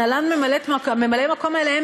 ממלאי-המקום האלה,